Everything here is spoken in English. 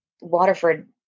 Waterford